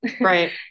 Right